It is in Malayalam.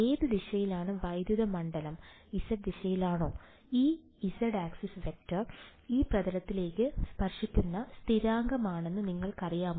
ഏത് ദിശയിലാണ് വൈദ്യുത മണ്ഡലം z ദിശയിലാണോ ഈ z ആക്സിസ് വെക്റ്റർ ഈ പ്രതലത്തിലേക്ക് സ്പർശിക്കുന്ന സ്ഥിരാങ്കമാണെന്ന് നിങ്ങൾക്കറിയാമോ